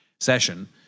session